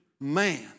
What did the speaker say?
Man